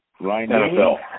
NFL